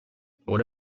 what